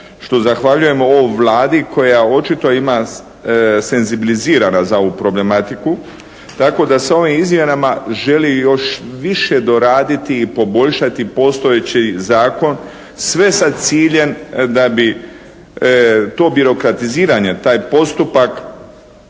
što zahvaljujemo Vladi koja očito ima senzibilizirana za ovu problematiku tako da sa ovim izmjenama želi još više doraditi i poboljšati postojeći zakon sve sa ciljem da bi to birokratiziranje, taj postupak